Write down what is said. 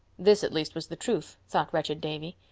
this, at least, was the truth, thought wretched davy.